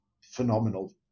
phenomenal